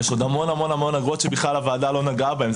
יש עוד המון המון אגרות שבכלל הוועדה לא נגעה בהן.